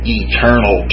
eternal